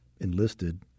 enlisted